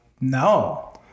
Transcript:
No